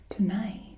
Tonight